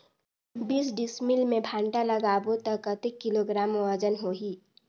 बीस डिसमिल मे भांटा लगाबो ता कतेक किलोग्राम वजन होही?